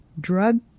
drug